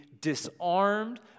disarmed